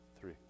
three